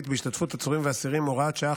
בהשתתפות עצורים ואסירים (הוראת שעה,